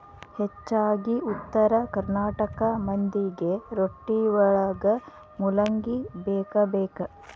ಹೆಚ್ಚಾಗಿ ಉತ್ತರ ಕರ್ನಾಟಕ ಮಂದಿಗೆ ರೊಟ್ಟಿವಳಗ ಮೂಲಂಗಿ ಬೇಕಬೇಕ